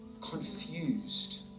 confused